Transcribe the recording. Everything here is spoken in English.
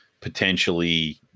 potentially